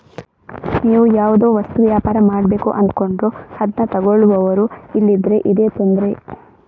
ನೀವು ಯಾವುದೋ ವಸ್ತು ವ್ಯಾಪಾರ ಮಾಡ್ಬೇಕು ಅಂದ್ಕೊಂಡ್ರು ಅದ್ನ ತಗೊಳ್ಳುವವರು ಇಲ್ದಿದ್ರೆ ಇದೇ ತೊಂದ್ರೆ